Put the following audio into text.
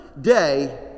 day